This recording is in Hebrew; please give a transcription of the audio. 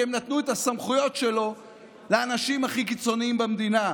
כי הם נתנו את הסמכויות שלו לאנשים הכי קיצוניים במדינה,